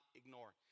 ignore